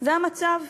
זה המצב.